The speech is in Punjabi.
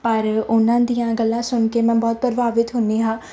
ਪਰ ਉਹਨਾਂ ਦੀਆਂ ਗੱਲਾਂ ਸੁਣ ਕੇ ਮੈਂ ਬਹੁਤ ਪ੍ਰਭਾਵਿਤ ਹੁੰਦੀ ਹਾਂ